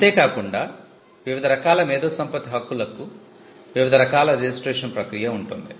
అంతే కాకుండా వివిధ రకాల మేధో సంపత్తి హక్కులకు వివిధ రకాల రిజిస్ట్రేషన్ ప్రక్రియ ఉంటుంది